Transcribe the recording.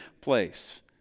place